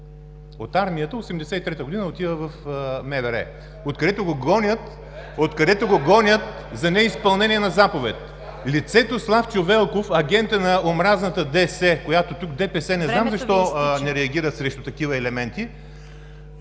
от армията 1983 г. отива в МВР, откъдето го гонят за неизпълнение на заповед. Лицето Славчо Велков, агентът на омразната ДС – тук не знам защо ДПС не реагира срещу такива елементи,